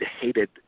hated